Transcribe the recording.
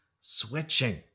switching